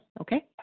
okay